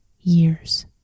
years